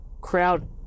crowd